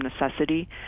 necessity